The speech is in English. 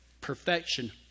Perfection